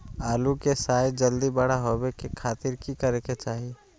आलू के साइज जल्दी बड़ा होबे के खातिर की करे के चाही?